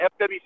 FWC